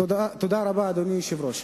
תודה רבה, אדוני היושב-ראש.